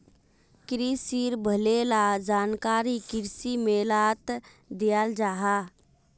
क्रिशिर भले ला जानकारी कृषि मेलात दियाल जाहा